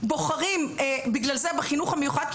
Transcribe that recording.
בוחרים בגלל זה בחינוך המיוחד,